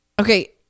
Okay